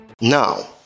Now